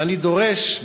ואני דורש,